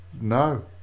no